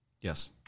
Yes